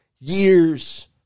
years